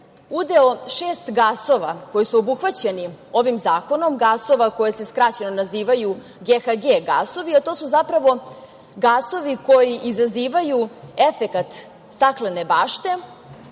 udeo šest gasova koji su obuhvaćeni ovim zakonom, gasova koji se skraćeno nazivaju GHG gasovi, a to su zapravo gasovi koji izazivaju efekat staklene bašte,